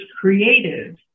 creative